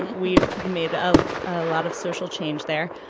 we made a ah lot of social change there.